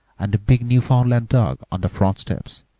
and a big newfoundland dog on the front steps,